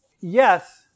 yes